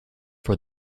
for